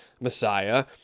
Messiah